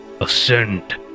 ascend